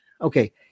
Okay